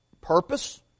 purpose